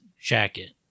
jacket